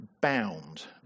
bound